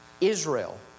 Israel